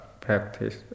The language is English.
practice